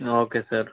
okay sir